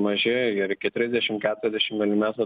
maži ir iki trisdešim keturiasdešim milimetrų